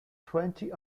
twenty